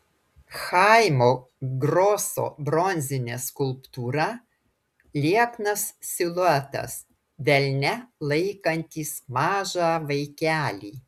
chaimo groso bronzinė skulptūra lieknas siluetas delne laikantis mažą vaikelį